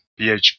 PHP